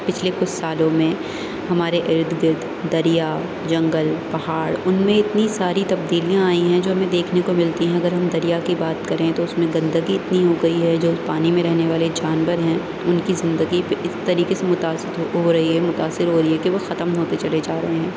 پچھلے کچھ سالوں میں ہمارے ارد گرد دریا جنگل پہاڑ ان میں اتنی ساری تبدیلیاں آئیں ہیں جو ہمیں دیکھنے کو ملتی ہیں اگر ہم دریا کی بات کریں تو اس میں گندگی اتنی ہو گئی ہے جو پانی میں رہنے والے جانور ہیں ان کی زندگی پہ اس طریقے سے متاثر ہو رہی ہے متاثر ہو رہی ہے کہ وہ ختم ہوتے چلے جا رہے ہیں